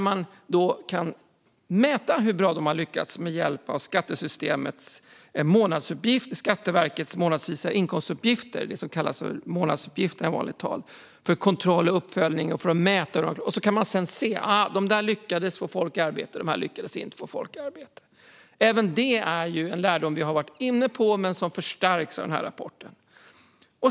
Man kan mäta hur bra de har lyckats med hjälp av Skatteverkets månadsvisa inkomstuppgifter - det som kallas för månadsuppgifterna i vanligt tal - för kontroll och uppföljning. Sedan kan man se: De där lyckades få folk i arbete, och de här lyckades inte få folk i arbete. Även det är en lärdom som vi har varit inne på men som förstärks av den här rapporten.